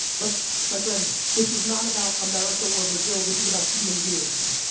but my friends, this is not about america or brazil. this is about human beings.